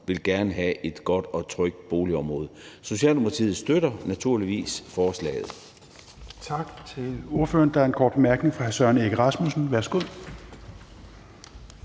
vil have et godt og trygt boligområde. Socialdemokratiet støtter naturligvis forslaget.